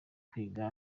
kwiga